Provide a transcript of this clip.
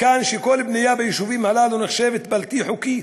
מכאן שכל בנייה ביישובים הללו נחשבת בלתי חוקית,